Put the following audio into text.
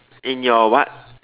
in your what